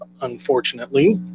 unfortunately